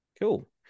Cool